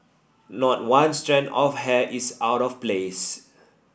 not one strand of hair is out of place